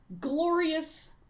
glorious